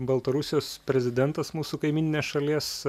baltarusijos prezidentas mūsų kaimyninės šalies